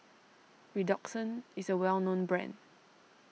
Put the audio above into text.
Redoxon is a well known brand